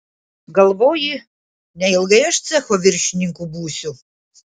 galvoji neilgai aš cecho viršininku būsiu